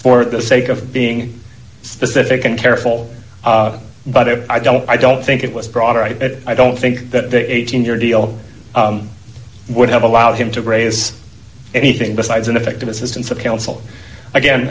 for the sake of being specific and careful but i don't i don't think it was broader right that i don't think that the eighteen year deal would have allowed him to raise anything besides ineffective assistance of counsel again